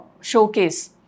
showcase